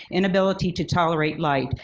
inability to tolerate light.